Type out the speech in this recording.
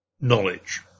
knowledge